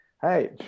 hey